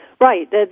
Right